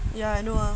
ya I know